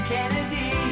Kennedy